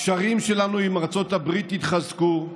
הקשרים שלנו עם ארצות הברית יתחזקו,